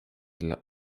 dla